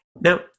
Now